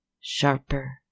Sharper